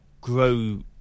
grow